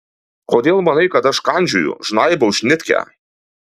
kodėl manai kad aš kandžioju žnaibau šnitkę